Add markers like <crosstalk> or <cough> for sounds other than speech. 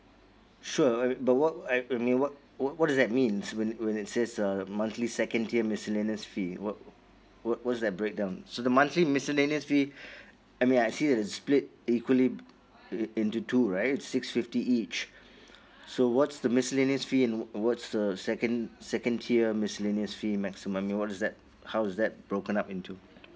sure uh but what uh what what is that means when it when it says uh monthly second tier miscellaneous fee what what what was that breakdown so the monthly miscellaneous fee <noise> I mean actually it's split equally in into two right six fifty each so what's the miscellaneous fee and what's the second second tier miscellaneous fee maximum what is that how is that broken up into